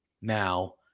now